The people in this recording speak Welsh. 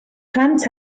plant